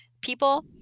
people